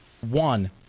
One